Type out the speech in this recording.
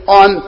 on